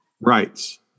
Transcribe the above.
rights